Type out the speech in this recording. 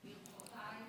בבקשה.